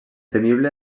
temible